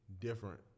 different